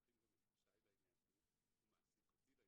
את ישי לעניין כי הוא מעסיק אותי לעניין,